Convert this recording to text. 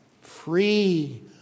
Free